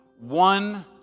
one